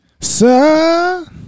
sir